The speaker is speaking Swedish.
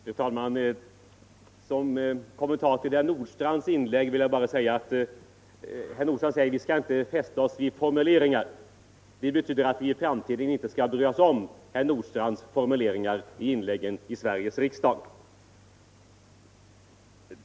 Fru talman! Herr Nordstrandh säger att vi inte skall fästa oss vid formuleringar. Det betyder att vi i framtiden inte skall bry oss om herr Nordstrandhs formuleringar i hans anföranden här i riksdagen.